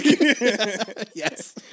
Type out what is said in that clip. Yes